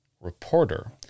reporter